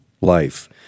life